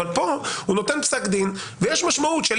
אבל כאן הוא נותן פסק דין ויש משמעות של